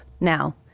now